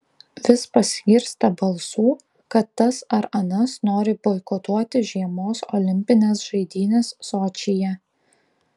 vis pasigirsta balsų kad tas ar anas nori boikotuoti žiemos olimpines žaidynes sočyje